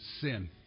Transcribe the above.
Sin